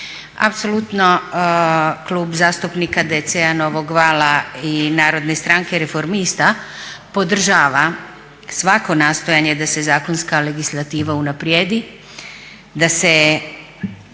Apsolutno Kluba zastupnika DC-a Novog vala i Narodne stranke reformista podržava svako nastojanje da se zakonska legislativa unaprijedi, da se